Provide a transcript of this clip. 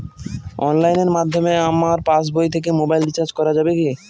অনলাইনের মাধ্যমে আমার পাসবই থেকে মোবাইল রিচার্জ করা যাবে কি?